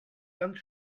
ganz